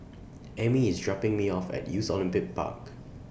Emmy IS dropping Me off At Youth Olympic Park